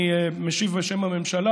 אני משיב בשם הממשלה,